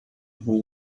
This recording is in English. who